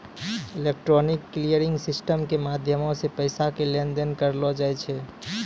electronic clearing system के माध्यमो से पैसा के लेन देन करलो जाय छै